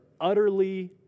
utterly